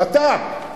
בט"פ.